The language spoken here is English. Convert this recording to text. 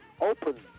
open